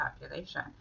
population